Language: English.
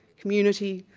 community,